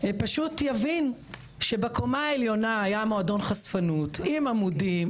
פשוט יבין שבקומה העליונה היה מועדון חשפנות עם עמודים,